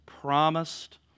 Promised